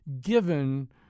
given